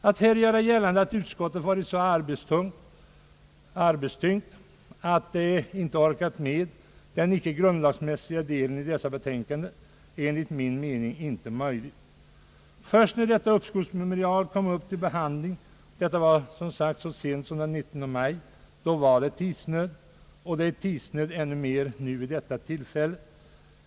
Att här göra gällande att utskottet varit så arbetstyngt att det inte orkat med den icke grundlagsmässiga delen i dessa betänkanden är enligt min mening inte möjligt. När detta uppskovsmemorial kom upp till behandling den 19 maj var det tidsnöd. Och det är tidsnöd ännu mer nu vid detta tillfälle.